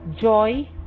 joy